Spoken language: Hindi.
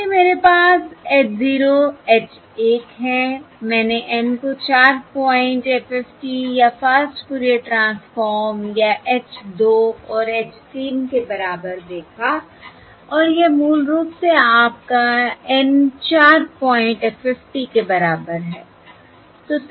इसलिए मेरे पास H 0 H 1 है मैंने N को 4 पॉइंट FFT या फास्ट फूरियर ट्रांसफॉर्म या H 2 और H 3 के बराबर देखा और यह मूल रूप से आपका N 4 पॉइंट FFT के बराबर है